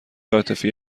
عاطفی